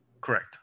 Correct